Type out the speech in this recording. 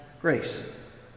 grace